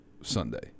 Sunday